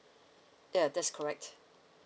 ya that's correct